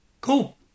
cool